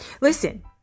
Listen